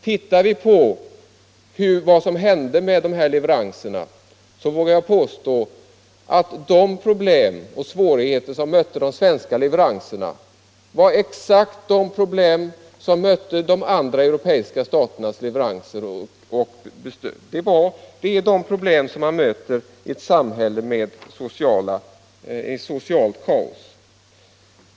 Tittar vi på vad som hände med de här leveranserna, vågar jag påstå att de problem och svårigheter som mötte de svenska leveranserna var exakt samma problem som mötte de andra europeiska staternas leveranser och stöd. Det är sådana problem som man möter i ett samhälle med socialt kaos.